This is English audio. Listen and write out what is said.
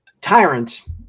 tyrants